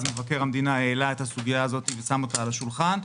מבקר המדינה העלה את הסוגיה הזאת ושם אותה על השולחן.